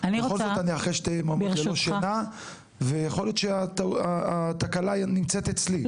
בכל זאת אני אחרי שתי לילות ללא שנה ויכול להיות שהתקלה נמצאת אצלי,